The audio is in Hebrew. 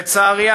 לצערי,